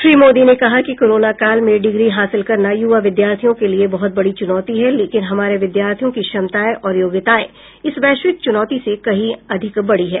श्री मोदी ने कहा कि कोरोना काल में डिग्री हासिल करना युवा विद्यार्थियों के लिए बहुत बडी चुनौती है लेकिन हमारे विद्यार्थियों की क्षमताएं और योग्यताएं इस वैश्विक चुनौती से कहीं अधिक बडी हैं